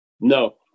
No